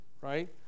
right